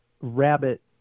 rabbit